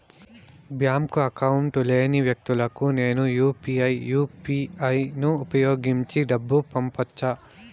Bank account లేని వ్యక్తులకు నేను యు పి ఐ యు.పి.ఐ ను ఉపయోగించి డబ్బు పంపొచ్చా?